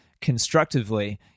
constructively